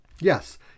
Yes